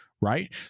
Right